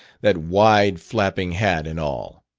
that wide, flapping hat, and all!